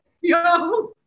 yo